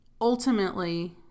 Ultimately